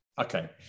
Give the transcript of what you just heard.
Okay